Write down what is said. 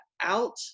out